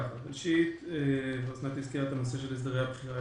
אסנת הזכירה את הנושא של הסדרי הבחירה.